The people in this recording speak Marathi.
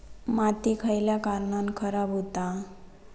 माती खयल्या कारणान खराब हुता?